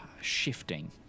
shifting